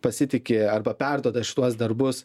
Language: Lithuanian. pasitiki arba perduoda šituos darbus